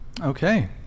Okay